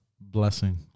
Blessing